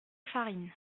farine